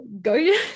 go